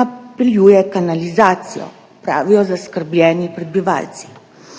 napeljuje kanalizacijo, pravijo zaskrbljeni prebivalci.